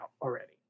already